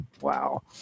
wow